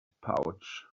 pouch